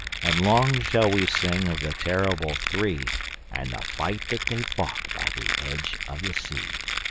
and long shall we sing of the terrible three and the fight that they fought by the edge of the sea.